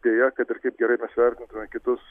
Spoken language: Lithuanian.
deja kad ir kaip gerai mes vertintume kitus